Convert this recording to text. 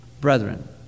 brethren